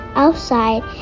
outside